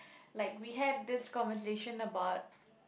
like we had this conversation about